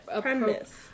Premise